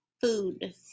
Food